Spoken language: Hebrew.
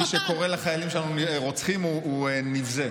מי שקורא לחיילים שלנו "רוצחים" הוא נבזה.